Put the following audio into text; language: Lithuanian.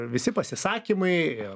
ir visi pasisakymai ir